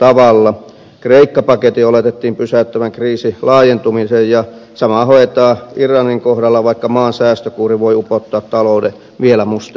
kreikka paketin oletettiin pysäyttävän kriisin laajentuminen ja samaa hoetaan irlannin kohdalla vaikka maan säästökuuri voi upottaa talouden vielä mustempiin vesiin